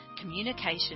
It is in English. communication